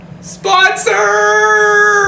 SPONSOR